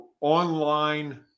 online